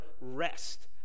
rest